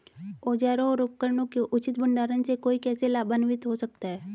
औजारों और उपकरणों के उचित भंडारण से कोई कैसे लाभान्वित हो सकता है?